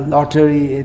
Lottery